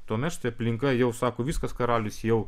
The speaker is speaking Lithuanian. tuomet štai aplinka jau sako viskas karalius jau